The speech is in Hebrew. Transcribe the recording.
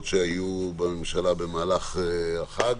שהתקבלו בממשלה ובוועדת השרים במהלך החג.